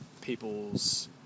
people's